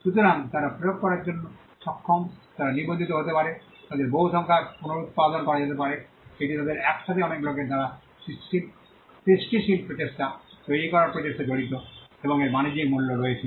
সুতরাং তারা প্রয়োগ করার জন্য সক্ষম তারা নিবন্ধিত হতে পারে তাদের বহু সংখ্যায় পুনরুত্পাদন করা যেতে পারে এটি তাদের একসাথে অনেক লোকের দ্বারা সৃষ্টিশীল প্রচেষ্টা তৈরি করার প্রচেষ্টা জড়িত এবং এর বাণিজ্যিক মূল্য রয়েছে